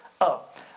Up